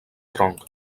tronc